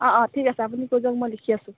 অঁ অঁ ঠিক আছে আপুনি কৈ যাওক মই লিখি আছো